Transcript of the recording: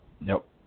Nope